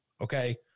okay